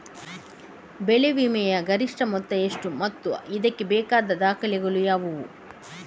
ಬೆಳೆ ವಿಮೆಯ ಗರಿಷ್ಠ ಮೊತ್ತ ಎಷ್ಟು ಮತ್ತು ಇದಕ್ಕೆ ಬೇಕಾದ ದಾಖಲೆಗಳು ಯಾವುವು?